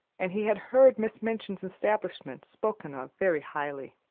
and he had heard miss minchin's establishment spoken of very highly.